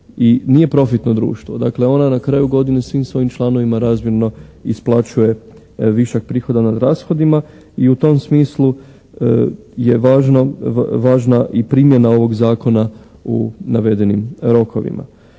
i nije profitno društvo. Dakle ona na kraju godine svim svojim članovima razmjerno isplaćuje višak prihoda nad rashodima i u tom smislu je važna i primjena ovog zakona u navedenim rokovima.